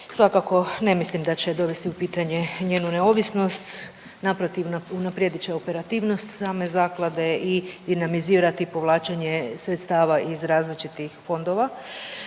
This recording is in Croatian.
svakako ne mislim da će dovesti u pitanje njenu neovisnost. Naprotiv unaprijedit će operativnost same zaklade i dinamizirati povlačenje sredstava iz različitih fondova.